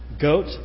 Goat